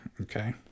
Okay